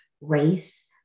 race